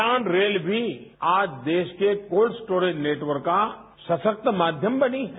किसान रेल भी आज देरा के कोत्ड स्टोरेज नेटवर्क का सराक्त माध्यम बनी है